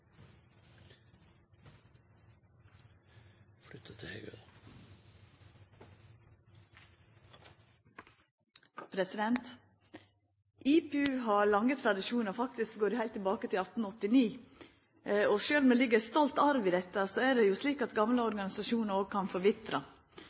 råd til å delta på. IPU har lange tradisjonar, faktisk går dei heilt tilbake til 1889. Og sjølv om det ligg ein stolt arv i dette, er det slik at gamle